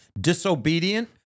disobedient